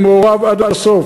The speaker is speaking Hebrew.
הוא מעורב עד הסוף,